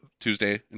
Tuesday